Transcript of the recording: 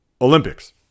Olympics